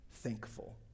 thankful